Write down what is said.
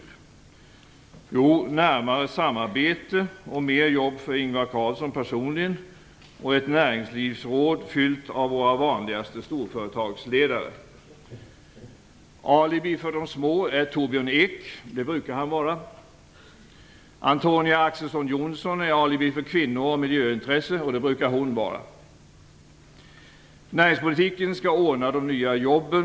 Jo, genom närmare samarbete, mer jobb för Ingvar Carlsson personligen och ett näringslivsråd fyllt av våra vanligaste storföretagsledare. Alibi för de små är Torbjörn Ek - det brukar han vara. Antonia Ax:son Johnson är alibi för kvinnor och miljöintresse - det brukar hon vara. Näringspolitiken skall ordna de nya jobben.